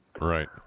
right